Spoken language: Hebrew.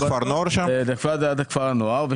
ליד כפר הנוער?